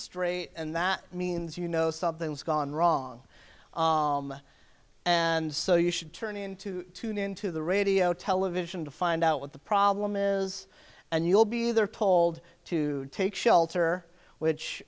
straight and that means you know something's gone wrong and so you should turn into tune into the radio television to find out what the problem is and you'll be there told to take shelter which